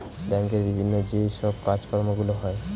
ব্যাংকের বিভিন্ন যে সব কাজকর্মগুলো হয়